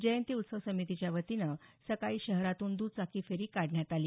जयंती उत्सव समितीच्यावतीनं सकाळी शहरातून दुचाकी फेरी काढण्यात आली